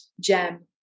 gem